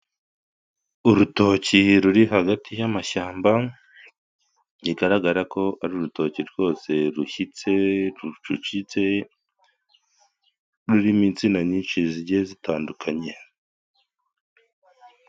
Urutoki ruri hagati y'amashyamba bigaragara ko ari urutoki rwose rushyitse, rucucitse, rurimo insina nyinshi zigiye zitandukanye.